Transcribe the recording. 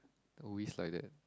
always like that